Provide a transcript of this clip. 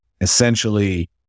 essentially